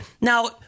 now